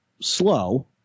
slow